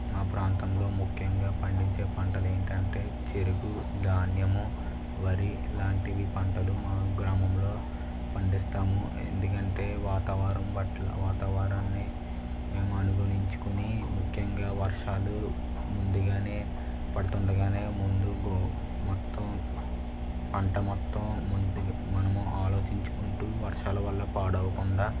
మా ప్రాంతంలో ముఖ్యంగా పండించే పంటలు ఏమిటంటే చెరకు ధాన్యము వరి లాంటివి పంటలు మా గ్రామంలో పండిస్తాము ఎందుకంటే వాతావరణం పట్ల వాతావరణాన్ని మేము అనుగుణించుకొని ముఖ్యంగా వర్షాలు ముందుగానే పడుతుండగానే ముందు గో మొత్తం పంట మొత్తం మనము ఆలోచించుకుంటూ వర్షాల వల్ల పాడవకుండా